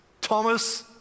Thomas